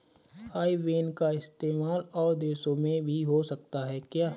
आई ban का इस्तेमाल और देशों में भी हो सकता है क्या?